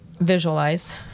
visualize